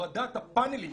שהורדת הפאנלים אפילו,